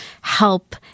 help